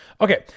Okay